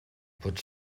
pot